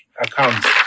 accounts